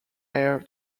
heir